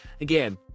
again